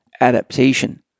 adaptation